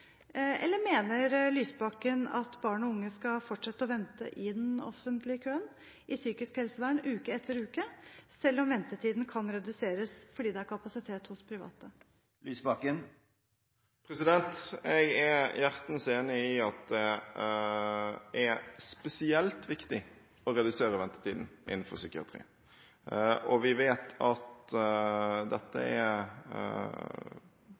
Eller mener Lysbakken at barn og unge skal fortsette å vente i den offentlige køen i psykisk helsevern uke etter uke, selv om ventetiden kan reduseres fordi det er kapasitet hos det private? Jeg er hjertens enig i at det er spesielt viktig å redusere ventetiden innenfor psykiatri. Vi vet også at dette